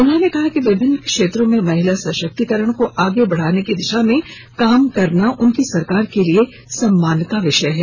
उन्होंने कहा कि विभिन्न क्षेत्रों में महिला सशक्तीकरण को आगे बढ़ाने की दिशा में काम करना उनकी सरकार के लिए सम्मान का विषय है